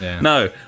No